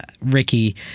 Ricky